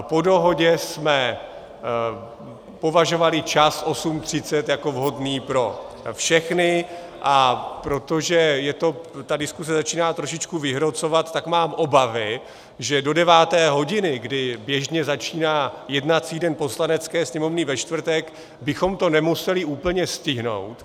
Po dohodě jsme považovali čas 8.30 jako vhodný pro všechny, ale protože se ta diskuze začíná trošičku vyhrocovat, tak mám obavy, že do deváté hodiny, kdy běžně začíná jednací den Poslanecké sněmovny ve čtvrtek, bychom to nemuseli úplně stihnout.